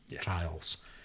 trials